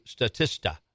Statista